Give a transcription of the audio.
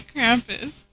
Krampus